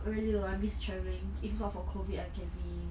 really though I miss travelling if not for COVID I can be